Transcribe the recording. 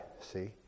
see